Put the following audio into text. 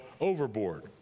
overboard